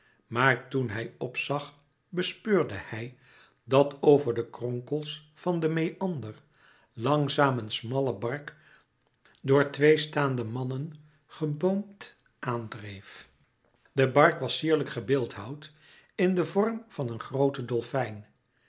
maar toen hij op zag bespeurde hij dat over de kronkels van den meander langzaam een smalle bark door twee staande mannen geboomd aan dreef de bark was sierlijk gebeeldhouwd in den vorm van een grooten dolfijn